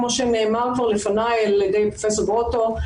כמו שנאמר כבר לפניי על ידי פרופ' גרוטו,